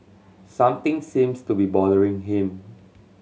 something seems to be bothering him